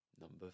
Number